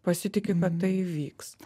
pasitikiu kad tai įvyks